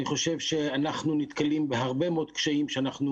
אני חושב שאנחנו נתקלים בהרבה מאוד קשיים כשאנחנו